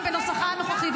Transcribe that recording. גם בנוסחה הנוכחי,